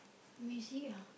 music ah